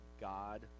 God